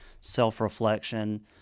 self-reflection